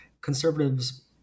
conservatives